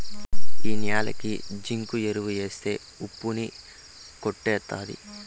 ఈ న్యాలకి జింకు ఎరువు ఎత్తే ఉప్పు ని కొట్టేత్తది